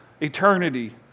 eternity